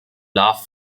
laugh